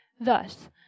Thus